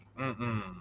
mm-mm